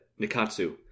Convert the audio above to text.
Nikatsu